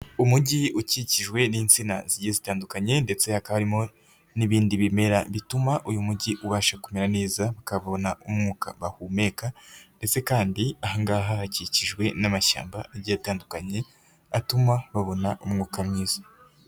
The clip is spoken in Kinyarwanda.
Umugi ukikijwe n'insina zigiye zitandukanye ndetse hakaba harimo, n'ibindi bimera bituma uyu mugi ubasha kumera neza bakabona umwuka bahumeka, ndetse kandi ahangaha hakikijwe n'amashyamba agiye atandukanye atuma babona umwuka mwiza.